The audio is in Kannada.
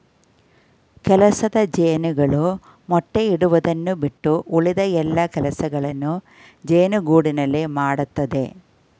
ಕೆಲಸದ ಜೇನುಗಳು ಮೊಟ್ಟೆ ಇಡುವುದನ್ನು ಬಿಟ್ಟು ಉಳಿದ ಎಲ್ಲಾ ಕೆಲಸಗಳನ್ನು ಜೇನುಗೂಡಿನಲ್ಲಿ ಮಾಡತ್ತವೆ